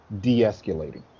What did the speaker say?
de-escalating